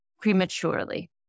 prematurely